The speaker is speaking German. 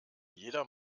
jeder